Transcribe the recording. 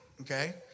okay